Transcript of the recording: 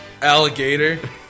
alligator